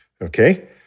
okay